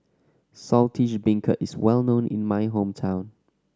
Saltish Beancurd is well known in my hometown